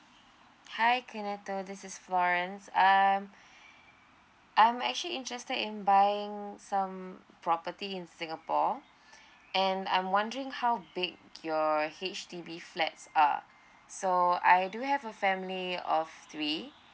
hi kenathol this is florence um I'm actually interested in buying some property in singapore and I'm wondering how big your H_D_B flats are so I do have a family of three